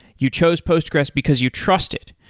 you chose postgres because you trust it.